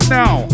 now